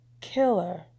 killer